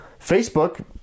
Facebook